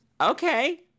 Okay